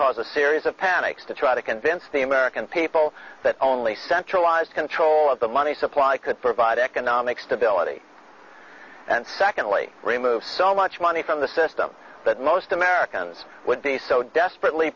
cause a series of panics to try to convince the american people that only centralized control of the money supply could provide economic stability and secondly remove so much money from the system that most americans would be so desperately